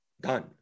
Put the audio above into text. Done